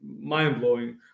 mind-blowing